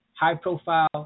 high-profile